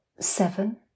Seven